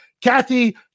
Kathy